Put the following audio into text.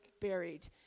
buried